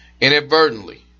inadvertently